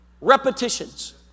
repetitions